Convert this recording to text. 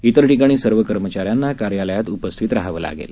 इतर ठिकाणी सर्व कर्मचाऱ्यांना कार्यालयात उपस्थित रहावे लागेल